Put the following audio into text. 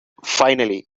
finally